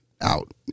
out